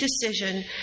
decision